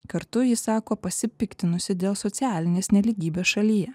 kartu ji sako pasipiktinusi dėl socialinės nelygybės šalyje